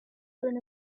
earn